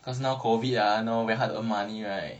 cause now COVID ah now very hard to earn money right